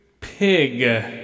Pig